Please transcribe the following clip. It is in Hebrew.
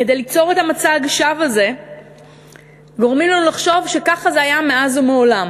כדי ליצור את מצג השווא הזה גורמים לנו לחשוב שככה זה היה מאז ומעולם,